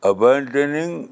Abandoning